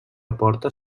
aporta